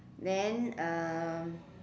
then uh